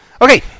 Okay